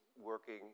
working